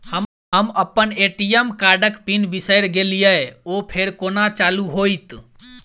हम अप्पन ए.टी.एम कार्डक पिन बिसैर गेलियै ओ फेर कोना चालु होइत?